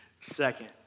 Second